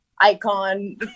icon